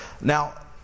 Now